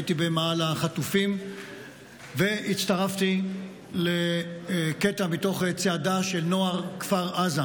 הייתי אתמול במאהל החטופים והצטרפתי לקטע מתוך צעדה של נוער כפר עזה,